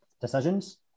decisions